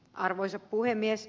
arvoisa puhemies